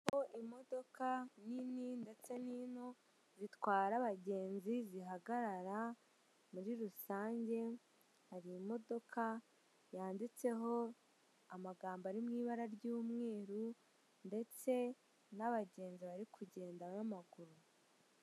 Ahategerwa imodoka zitwara abantu mu buryo bwa rusange. Haparitse imodoka zitandukanye za sosiyete zitwara abantu mu buryo bwa rusange. Hari kandi urujya n'uruza rw'abantu bashaka gutega.